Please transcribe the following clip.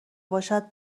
باشد